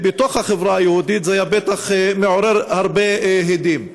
בתוך החברה היהודית, זה היה בטח מעורר הרבה הדים.